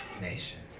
nation